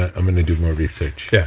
i'm going to do more research. yeah